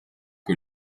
que